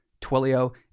Twilio